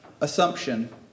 assumption